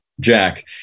jack